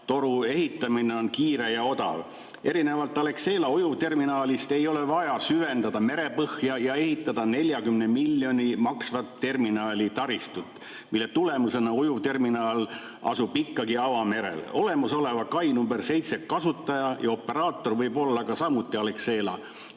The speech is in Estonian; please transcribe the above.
ehitamine on kiire ning odav. Erinevalt Alexela ujuvterminalist ei ole vaja süvendada merepõhja ja ehitada 40 miljonit maksvat terminalitaristut, mille tulemusena ujuvterminal asub ikkagi avamerel. Olemasoleva kai nr 7 kasutaja ja operaator võib olla samuti Alexela.